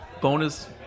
bonus